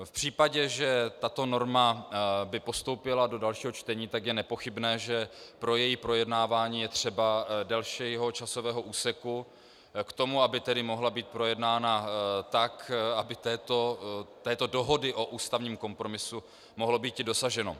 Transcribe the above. V případě, že by tato norma postoupila do dalšího čtení, tak je nepochybné, že pro její projednávání je třeba delšího časového úseku k tomu, aby mohla být projednána tak, aby této dohody o ústavním kompromisu mohlo býti dosaženo.